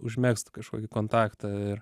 užmegzt kažkokį kontaktą ir